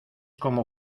como